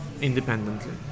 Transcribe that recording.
independently